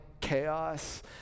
chaos